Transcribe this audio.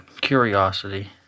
curiosity